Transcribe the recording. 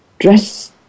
dress